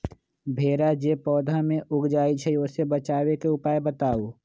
भेरा जे पौधा में लग जाइछई ओ से बचाबे के उपाय बताऊँ?